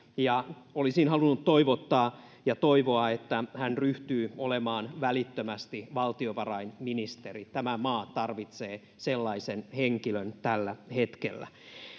ja olisin halunnut toivottaa ja toivoa että hän välittömästi ryhtyy olemaan valtiovarainministeri tämä maa tarvitsee sellaisen henkilön tällä hetkellä